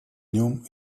нем